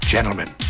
Gentlemen